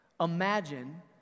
Imagine